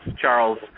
Charles